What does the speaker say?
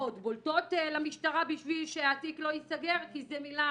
בולטות למשטרה בשביל שהתיק לא ייסגר כי זה מילה